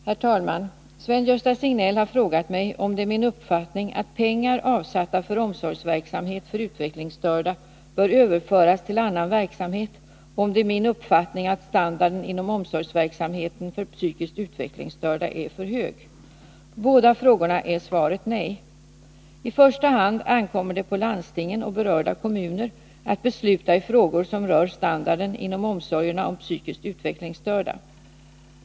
Herr talman! Sven-Gösta Signell har frågat mig om det är min uppfattning att pengar avsatta för omsorgsverksamhet för utvecklingsstörda bör överföras till annan verksamhet och om det är min uppfattning att standarden inom omsorgsverksamheten för psykiskt utvecklingsstörda är för hög. På båda frågorna är svaret nej. I första hand ankommer det på landstingen och berörda kommuner att besluta i frågor som rör standarden inom omsorgerna om psykiskt utvecklingsstörda.